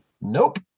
Nope